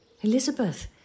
Elizabeth